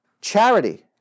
Charity